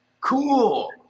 Cool